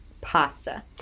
pasta